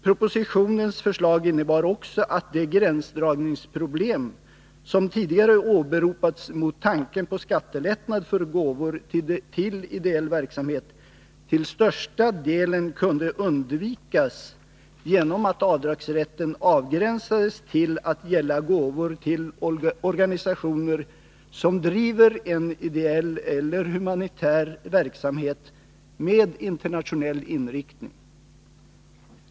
Propositionens förslag innebar också att de gränsdragningsproblem som tidigare åberopats mot tanken på skattelättnad för gåvor till ideell verksamhet till största delen kunde undvikas genom att avdragsrätten avgränsades till att gälla gåvor till organisationer som driver en ideell eller humanitär verksamhet med internationell inriktning.